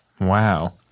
Wow